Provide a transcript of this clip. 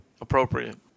Appropriate